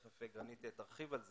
תיכף גרנית תרחיב על זה,